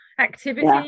activity